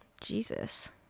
Jesus